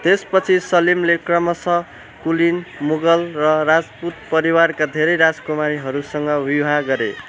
त्यसपछि सलिमले क्रमशः कुलिन मुगल र राजपूत परिवारका धेरै राजकुमारीहरूसँग विवाह गरे